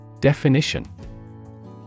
Definition